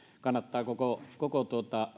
kannattaa koko koko